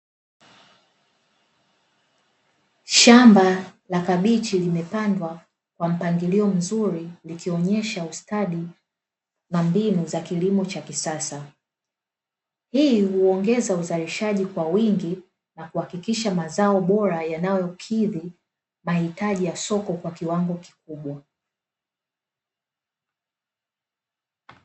Shamba la kabichi limepandwa kwa mpangilio mzuri likionyesha ustadi na mbinu za kilimo cha kisasa, hii huongeza uzalishaji kwa wingi na kuhakikisha mazao bora yanayokidhi mahitaji ya soko kwa kiwango kikubwa.